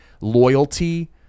loyalty